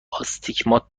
آستیگمات